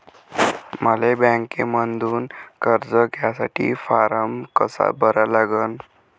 मले बँकेमंधून कर्ज घ्यासाठी फारम कसा भरा लागन?